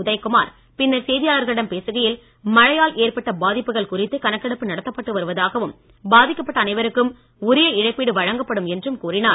உதய்குமார் பின்னர் செய்தியாளர்களிடம் பேசுகையில் மழையால் ஏற்பட்ட பாதிப்புகள் குறித்து கணக்கெடுப்பு நடத்தப்பட்டு வருவதாகவும் பாதிக்கப்பட்ட அனைவருக்கும் உரிய இழப்பீடு வழங்கப்படும் என்றும் கூறினார்